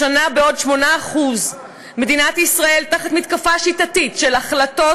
השנה בעוד 8%. מדינת ישראל תחת מתקפה שיטתית של החלטות